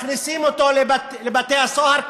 מכניסים אותו לבתי הסוהר,